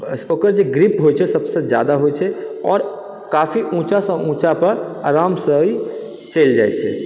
ओकर जे ग्रिप होइ छै सबसँ जादा होइ छै आओर काफी ऊञ्चा सँ ऊञ्चापर आरामसँ ई चलि जाइ छै